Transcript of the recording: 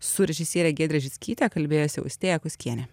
su režisiere giedre žickyte kalbėjosi austėja kuskienė